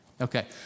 Okay